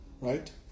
right